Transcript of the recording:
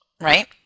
right